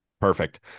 Perfect